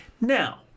Now